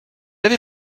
avait